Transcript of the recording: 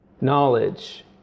knowledge